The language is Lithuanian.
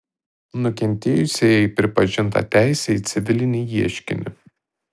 nukentėjusiajai pripažinta teisė į civilinį ieškinį